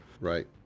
right